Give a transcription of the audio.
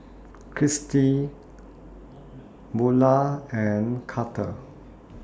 Kristy Bula and Karter